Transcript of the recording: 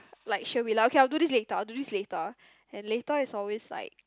like she'll be lah I'll do this later I'll do this later and later is always like